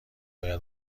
باید